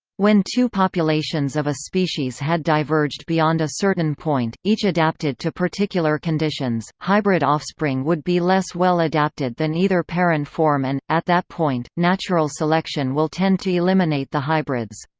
when two populations of a species had diverged beyond a certain point, each adapted to particular conditions, hybrid offspring would be less well-adapted than either parent form and, at that point, natural selection will tend to eliminate the hybrids.